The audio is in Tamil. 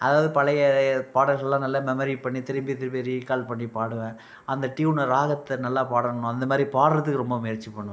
அதாவது பழைய பாடல்கள்லாம் நல்லா மெமரி பண்ணி திரும்பி திரும்பி ரீக்கால் பண்ணி பாடுவேன் அந்த ட்யூனை ராகத்தை நல்லா பாடணும் அந்த மாதிரி பாடுறதுக்கு ரொம்ப முயற்சி பண்ணுவேன்